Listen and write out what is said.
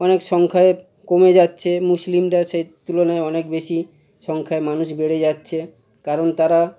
অনেক সংখ্যায় কমে যাচ্ছে মুসলিমরা সেই তুলনায় অনেক বেশি সংখ্যায় মানুষ বেড়ে যাচ্ছে কারণ তারা